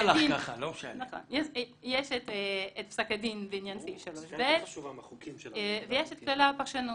יש פסק דין בעניין סעיף 3ב ויש פרשנות.